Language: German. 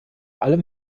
allem